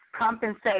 Compensation